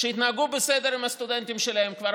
שהתנהגו בסדר עם הסטודנטים שלהם כבר